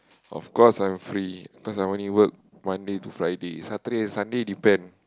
of course I'm free because I only work Monday to Friday Saturday Sunday depend